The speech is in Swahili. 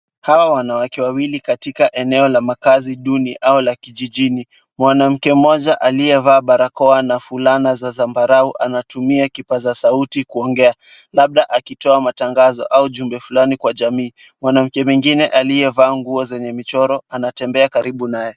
Hawa wanawake wawili katika eneo la makazi duni au la kijijini. Mwanamke mmoja aliyevaa barakoa na fulana za zambarau anatumia kipaza sauti kuongea, labda akitoa matangazo au jumbe fulani kwa jamii, mwanamke mwingine aliyevaa nguo zenye michoro anatembea karibu naye.